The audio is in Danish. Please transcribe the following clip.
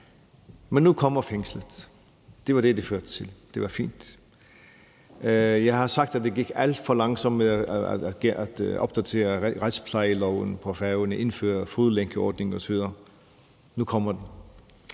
men nu kommer fængslet. Det var det, det førte til, og det er fint. Jeg har sagt, at det gik alt for langsomt med at opdatere retsplejeloven på Færøerne, indføre fodlænkeordning osv. Nu kommer den.